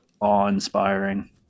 awe-inspiring